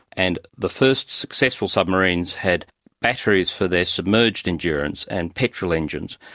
and the first successful submarines had batteries for their submerged endurance, and petrol engines.